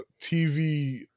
TV